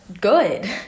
good